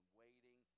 waiting